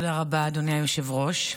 תודה רבה, אדוני היושב-ראש.